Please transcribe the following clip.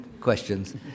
questions